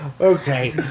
Okay